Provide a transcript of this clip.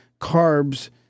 carbs